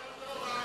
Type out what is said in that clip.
קריאות: